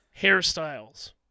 hairstyles